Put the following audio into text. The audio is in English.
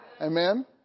Amen